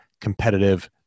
competitive